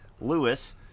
Lewis